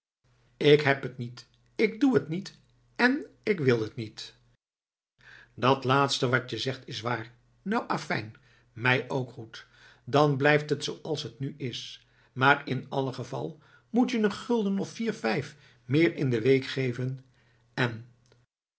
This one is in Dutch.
ik heb het niet ik doe het niet en ik wil het niet dat laatste wat je zegt is waar nou afijn mij ook goed dan blijft het zooals het nu is maar in allen geval moet je een gulden of vier vijf meer in de week geven en